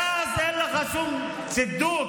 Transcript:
ואז אין לך שום צידוק,